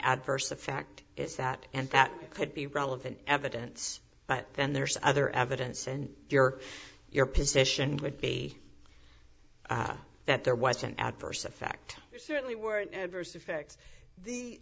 adverse the fact is that and that could be relevant evidence but then there's other evidence in your your position would be that there was an adverse effect there certainly were an adverse effect the